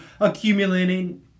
accumulating